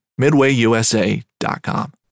MidwayUSA.com